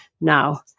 now